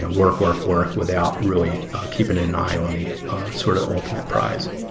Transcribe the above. and work, work, work without really keeping an eye on the sort of ultimate prize.